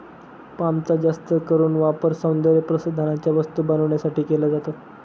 पामचा जास्त करून वापर सौंदर्यप्रसाधनांच्या वस्तू बनवण्यासाठी केला जातो